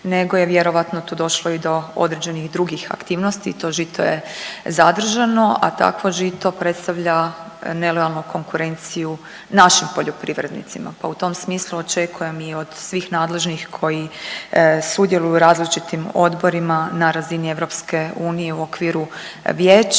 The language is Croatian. nego je vjerojatno tu došlo i do određenih drugih aktivnosti i to žito je zadržano, a takvo žito predstavlja nelojalnu konkurenciju našim poljoprivrednicima, pa u tom smislu očekujem i od svih nadležnih koji sudjeluju u različitim odborima na razini EU u okviru Vijeća